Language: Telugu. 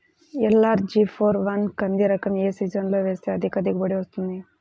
ఎల్.అర్.జి ఫోర్ వన్ కంది రకం ఏ సీజన్లో వేస్తె అధిక దిగుబడి వస్తుంది?